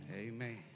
Amen